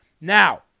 Now